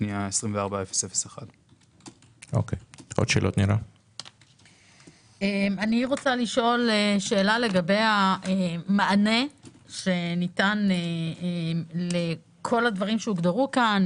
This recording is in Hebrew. הפנייה 24001. לגבי המענה שניתן לכל הדברים שהוגדרו כאן,